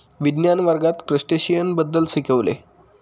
विज्ञान वर्गात क्रस्टेशियन्स बद्दल शिकविले